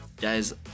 guys